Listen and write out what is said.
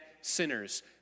sinners